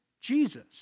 Jesus